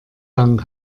lang